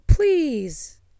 Please